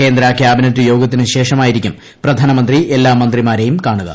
കേന്ദ്ര ക്യാബിനറ്റ് യോഗത്തിന് ശേഷമായിരിക്കും പ്രധാനമന്ത്രി എല്ലാ മന്ത്രിമാരേയും കാണുക